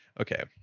Okay